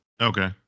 Okay